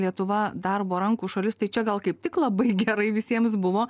lietuva darbo rankų šalis tai čia gal kaip tik labai gerai visiems buvo